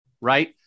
right